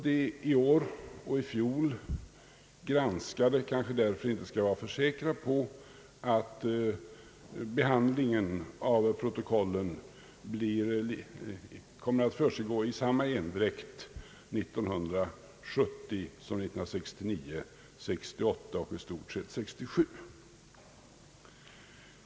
De i år och i fjol granskade kanske därför inte skall vara för säkra på att behandlingen av protokollen kommer att år 1970 försiggå i samma endräkt som 1969, 1968 och i stort sett 1967.